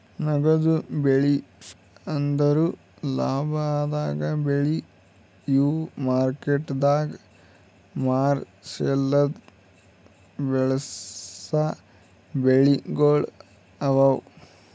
ನಗದು ಬೆಳಿ ಅಂದುರ್ ಲಾಭ ಆಗದ್ ಬೆಳಿ ಇವು ಮಾರ್ಕೆಟದಾಗ್ ಮಾರ ಸಲೆಂದ್ ಬೆಳಸಾ ಬೆಳಿಗೊಳ್ ಅವಾ